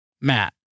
matt